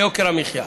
וזה יוקר המחיה.